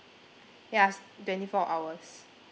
yeah twenty four hours